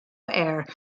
heir